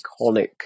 iconic